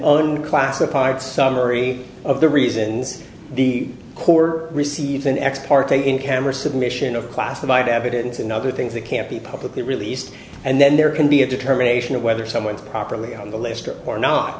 unclassified summary of the reasons the core receives an ex parte in camera submission of classified evidence and other things that can't be publicly released and then there can be a determination of whether someone is properly on the list or not